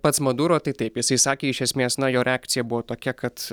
pats maduro tai taip jisai sakė iš esmės na jo reakcija buvo tokia kad